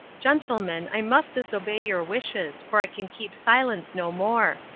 gentlemen, i must disobey your wishes, for i can keep silence no more.